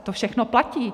To všechno platí.